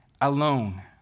Alone